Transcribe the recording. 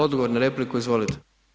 Odgovor na repliku izvolite.